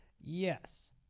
Yes